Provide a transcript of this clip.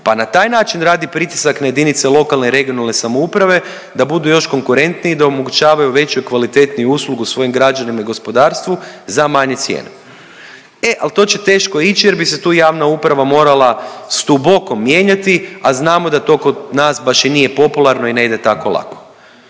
pa na taj način radi pritisak na JLRS da budu još konkurentniji i da omogućavaju veću i kvalitetniju uslugu svojim građanima i gospodarstvu za manje cijene. E, al to će teško ići jer bi se tu javna uprava morala duboko mijenjati, a znamo da to kod nas baš i nije popularno i ne ide tako lako.